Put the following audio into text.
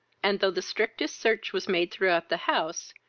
and, though the strictest search was made throughout the house,